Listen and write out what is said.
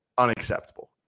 unacceptable